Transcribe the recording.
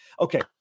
Okay